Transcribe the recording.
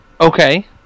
Okay